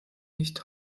nicht